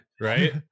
Right